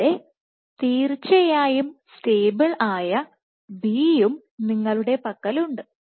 കൂടാതെ തീർച്ചയായും സ്റ്റേബിൾ ആയB യും നിങ്ങളുടെ പക്കൽ ഉണ്ട്